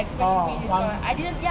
oh one